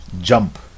Jump